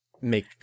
make